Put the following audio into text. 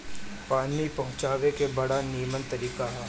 पानी पहुँचावे के बड़ा निमन तरीका हअ